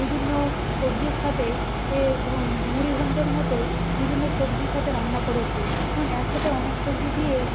বিভিন্ন সবজির সাথে এ মুড়ি ঘন্টর মতো বিভিন্ন সবজির সাথে রান্না করেছি যেমন একসাথে অনেক সবজি দিয়ে